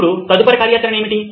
ఇప్పుడు తదుపరి కార్యాచరణ ఏమిటి